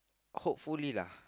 hopefully lah